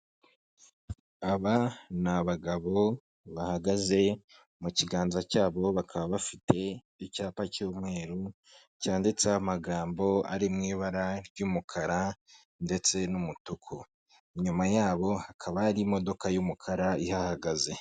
Aba ni abagabo bahagaze, mu kiganza cyabo bakaba bafite icyapa cy'umweru cyanditseho amagambo ari mu ibara ry'umukara ndetse n'umutuku, inyuma yabo hakaba hari imodoka y'umukara ihahagaze.